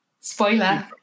spoiler